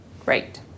great